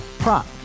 Prop